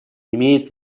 имеет